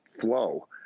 flow